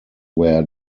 where